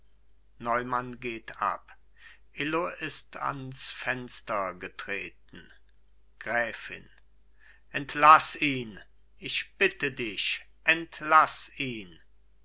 neumann geht ab illo ist ans fenster getreten gräfin entlaß ihn ich bitte dich entlaß ihn